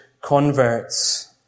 converts